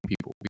people